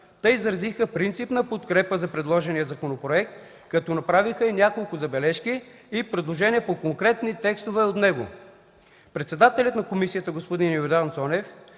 Те изразиха принципна подкрепа за предложения законопроект, като направиха и някои забележки и предложения по конкретни текстове от него. Председателят на комисията господин Йордан Цонев